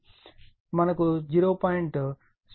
0676 వెబర్ గా లభిస్తుంది